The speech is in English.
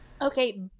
Okay